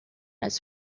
his